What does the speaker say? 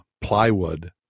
plywood